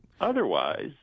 Otherwise